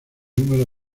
número